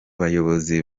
bayobozi